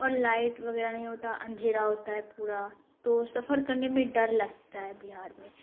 اور لائٹ وغیرہ نہیں ہوتا اندھیرا ہوتا ہے پورا تو سفر کرنے میں ڈر لگتا ہے بہار میں